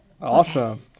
Awesome